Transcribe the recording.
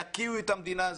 יקיאו את המדינה.